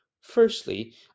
Firstly